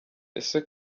ese